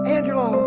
Angelo